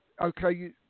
Okay